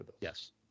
Yes